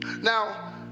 now